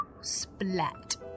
Splat